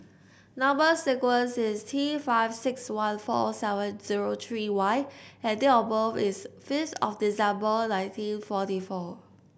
number sequence is T five six one four seven zero three Y and date of birth is fifth of December nineteen forty four